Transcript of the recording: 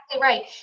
right